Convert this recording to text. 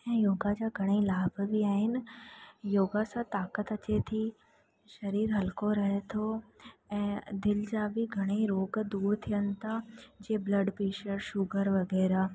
ऐं योगा जा घणे ई लाभ बि आहिनि योगा सां ताक़त अचे थी शरीर हलको रहे थो ऐं दिलि जा बि घणे ई रोग दूरि थियनि था जे ब्लड प्रैशर शुगर वग़ैरह